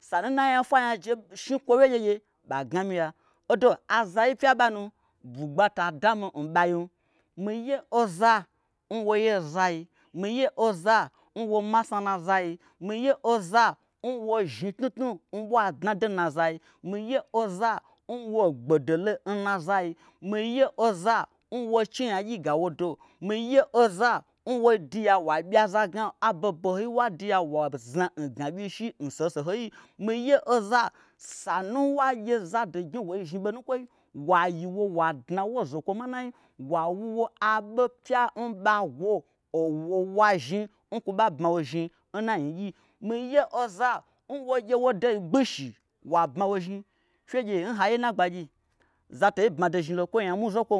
Sa nu nanya fwanya je shni kwowye gyegye ba gna myiya odo azayi pya n banu bwugba. ta dami nbai miye oza n woye nzai, miye oza n womasna nna zai. miye oza nwo zhni tnutnu nbwa dnado nna zai miye oza n wo n gbodolo nna zai miye oza n wo chenyagyi ga owodo. mi ye oza nwoduya wa ɓyi aza gna aboho bohoi n waduya wazna ngna ɓyi shi n soho sohoi miye oza sanu wagye zado gnyi woi zhni ɓonukwoi wa yiwo wadna wo zokwo manai wa wuwo aɓo pya nɓa gwo owo wa zhni nkwo ɓa bma wozhni nna nyigyi. Miye oza n wo gye wodei gbi shi wa bma wozhni fye gyeee n haiye nna gbagyi zatei bma do zhnilom kwo n. nyamwui zokwo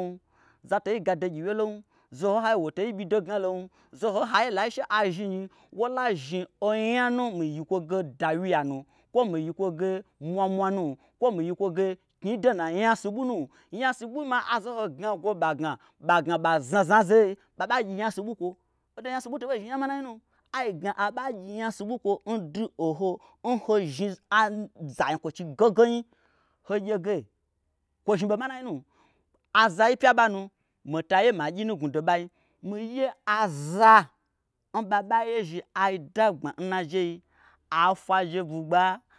zatei gado gyiwyelom zoho n hai wotei ɓyi do gnalom zoho nhaiye lai she azhi nyi wola zhni onya nu miyikwo ge dawyiya nu kwo miyi kwoge mwamwa nu kwo miyi kwoge knyido na nyasuɓui nu nyasuɓui ma aza ho gna gwo ɓa gna ɓa znazna nzeyei ɓaɓa gyi nyasuɓui kwo odo nyasuɓui to bei zhni nya manai nu ai gna aɓa gyi nyasuɓuikwom n du oho nho zhni ai zanyikwochi gogo nyi hogye ge kwo zhni ɓo manai nu aza yi pya ɓanu mitaye magyi nugnwudo n ɓai miye aza nɓaɓa yezhi ai dagbma nnajei ai fwu aje bwugba.